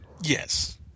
Yes